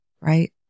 right